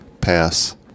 Pass